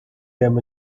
them